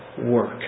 work